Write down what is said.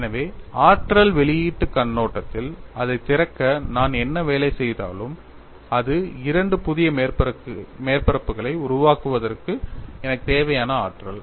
எனவே ஆற்றல் வெளியீட்டுக் கண்ணோட்டத்தில் அதைத் திறக்க நான் என்ன வேலை செய்தாலும் அது இரண்டு புதிய மேற்பரப்புகளை உருவாக்குவதற்கு எனக்குத் தேவையான ஆற்றல்